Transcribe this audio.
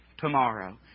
tomorrow